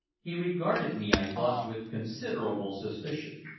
he regarded me, i thought, with considerable suspicion.